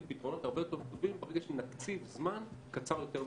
נגיע לפתרונות הרבה יותר טובים ברגע שנקציב זמן קצר יותר משנה.